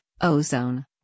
ozone